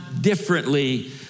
differently